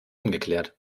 ungeklärt